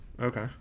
Okay